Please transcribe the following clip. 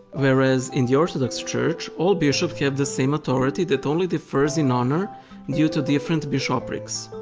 whereas, in the orthodox church, all bishops have the same authority that only differs in honor due to different bishoprics.